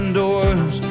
doors